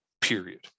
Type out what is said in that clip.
period